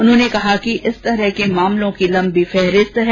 उन्होंने कहा कि इस तरह के मामलों की लंबी फेहरिस्त है